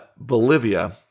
Bolivia